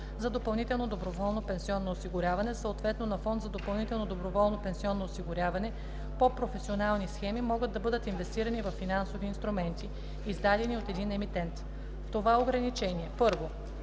за допълнително доброволно пенсионно осигуряване, съответно на фонд за допълнително доброволно пенсионно осигуряване по професионални схеми, могат да бъдат инвестирани във финансови инструменти, издадени от един емитент. В това ограничение: 1.